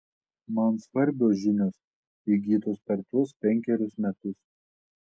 man svarbios žinios įgytos per tuos penkerius metus